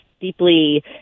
deeply